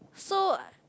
so